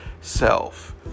self